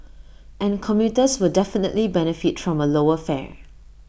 and commuters will definitely benefit from A lower fare